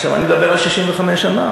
עכשיו אני מדבר על 65 שנה.